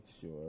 sure